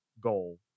goal